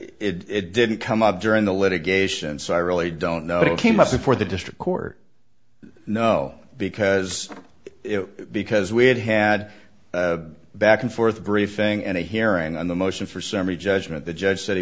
it didn't come up during the litigation so i really don't know if it came up before the district court no because because we had had a back and forth briefing and a hearing on the motion for summary judgment the judge said he